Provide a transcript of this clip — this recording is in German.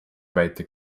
weiter